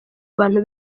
abantu